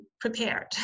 prepared